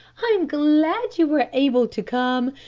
i am glad you were able to come.